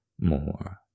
more